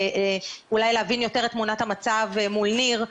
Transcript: אולי להבין יותר את תמונת המצב מול ניר,